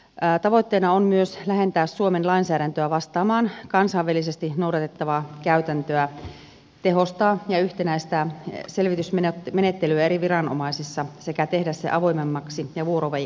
tavoitteena on myös lähentää suomen lainsäädäntöä vastaamaan kansainvälisesti noudatettavaa käytäntöä tehostaa ja yhtenäistää selvitysmenettelyä eri viranomaisissa sekä tehdä se avoimemmaksi ja vuorovaikutteisemmaksi